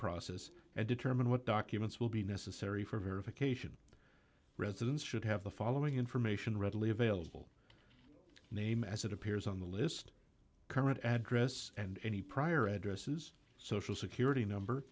process and determine what documents will be necessary for verification residents should have the following information readily available name as it appears on the list current address and any prior addresses social security number